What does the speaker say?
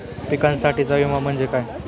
पिकांसाठीचा विमा म्हणजे काय?